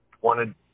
wanted